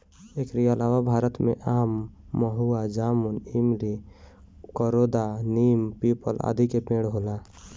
एकरी अलावा भारत में आम, महुआ, जामुन, इमली, करोंदा, नीम, पीपल, आदि के पेड़ होला